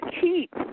keep